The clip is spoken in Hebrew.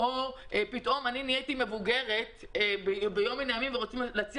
או פתאום אני נהייתי מבוגרת ביום מן הימים ורוצים להציע